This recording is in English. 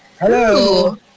hello